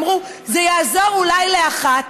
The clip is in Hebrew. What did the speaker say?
אמרו: זה יעזור אולי לאחת,